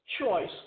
choice